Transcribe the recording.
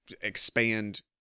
expand